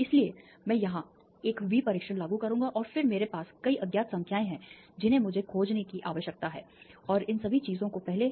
इसलिए मैं यहां एक वी परीक्षण लागू करूंगा और फिर मेरे पास कई अज्ञात संख्याएं हैं जिन्हें मुझे खोजने की आवश्यकता है और इन सभी चीजों को पहले